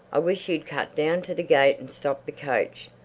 i wish you'd cut down to the gate and stop the coach.